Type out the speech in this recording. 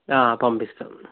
పంపిస్తాను